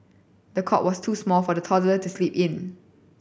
the cot was too small for the toddler to sleep in